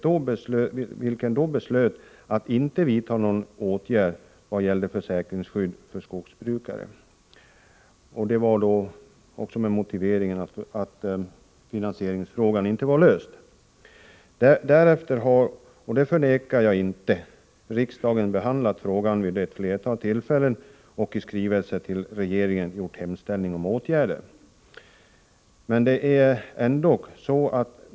Då beslöt man att inte vidta någon åtgärd vad gäller försäkringsskydd för skogsbrukare. Detta skedde med motiveringen att finansieringsfrågan inte var löst. Därefter har, det förnekar jag inte, riksdagen behandlat frågan vid ett flertal tillfällen och i skrivelse till regeringen gjort hemställan om åtgärder.